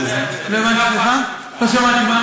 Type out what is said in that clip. סליחה, לא שמעתי.